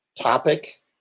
topic